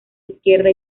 izquierda